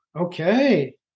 Okay